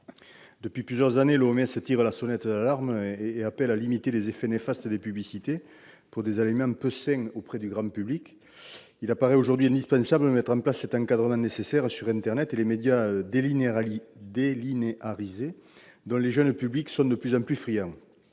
Depuis plusieurs années, l'OMS tire la sonnette d'alarme et appelle à limiter les effets néfastes, auprès du grand public, des publicités pour des aliments peu sains. Il paraît aujourd'hui indispensable de mettre en place un encadrement sur internet et les médias délinéarisés, dont les jeunes publics sont de plus en plus friands.